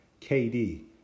KD